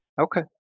Okay